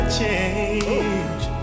change